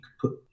put